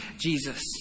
Jesus